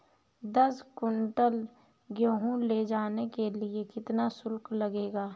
दस कुंटल गेहूँ ले जाने के लिए कितना शुल्क लगेगा?